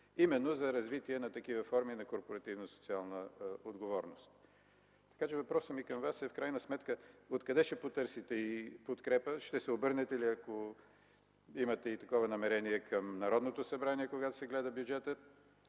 именно за развитие на такива форми на корпоративна социална отговорност. Така че въпросът ми към Вас е в крайна сметка откъде ще потърсите подкрепа, ще се обърнете ли, ако имате такова намерение, към Народното събрание, когато се гледа бюджетът?